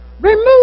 Remove